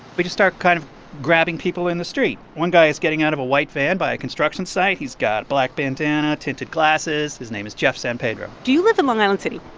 we just start kind of grabbing people in the street. one guy is getting out of a white van by a construction site. he's got a black bandana, tinted glasses. his name is jeff san pedro do you live in long island city?